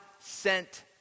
sent